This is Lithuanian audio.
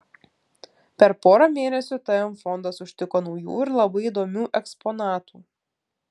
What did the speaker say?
per porą mėnesių tm fondas užtiko naujų ir labai įdomių eksponatų